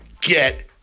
get